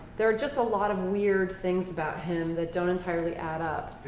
there are just a lot of weird things about him that don't entirely add up.